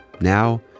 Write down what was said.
Now